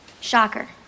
Shocker